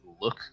look